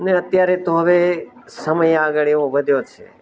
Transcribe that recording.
અને અત્યારે તો હવે સમય આગળ એવો વધ્યો છે